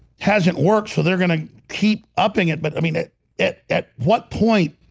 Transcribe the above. hasn't worked. so they're gonna keep upping it. but i mean it it at what point?